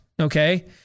Okay